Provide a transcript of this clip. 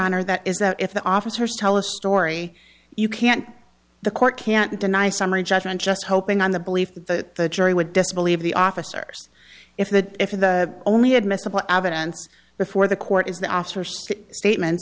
honor that is that if the officers tell a story you can't the court can't deny summary judgment just hoping on the belief that jury would disbelief the officers if that if the only admissible evidence before the court is the officers statement